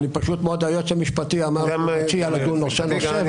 היועץ המשפטי הציע לדון נושא-נושא.